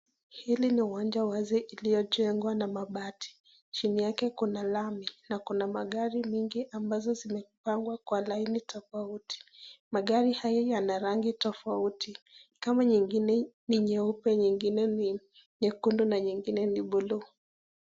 Hili ni uwanja wazi iliyojengwa na mabati. Chini yake kuna lami na kuna magari mingi ambazo zimepangwa kwa laini tofauti. Magari haya yana rangi tofauti kama nyingine ni nyeupe nyingine ni nyekundu na nyingine ni blue .